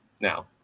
Now